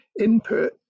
input